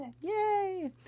Yay